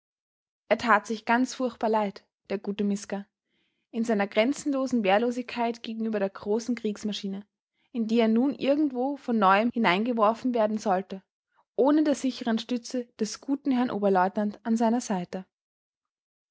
er tat sich ganz furchtbar leid der gute miska in seiner grenzenlosen wehrlosigkeit gegenüber der großen kriegsmaschine in die er nun irgendwo von neuem hineingeworfen werden sollte ohne der sicheren stütze des guten herrn oberleutnant an seiner seite